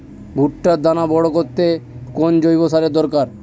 ভুট্টার দানা বড় করতে কোন জৈব সারের দরকার?